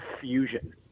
fusion